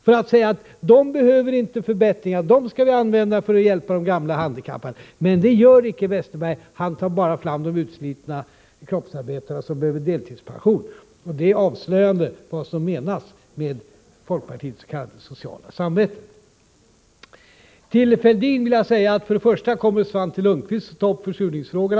Vi kan säga: De grupper det här gäller behöver inga förbättringar, utan vi skall använda pengarna för att hjälpa de gamla och de handikappade. Men det gör icke Westerberg. Han talar bara om de utslitna kroppsarbetarna som behöver delpension. Detta är avslöjande för vad som menas med folkpartiets s.k. sociala samvete. Till Fälldin vill jag för det första säga att Svante Lundkvist kommer att ta upp försurningsfrågan.